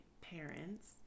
parents